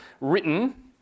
written